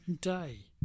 day